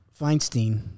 Feinstein